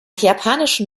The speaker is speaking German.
japanischen